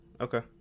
Okay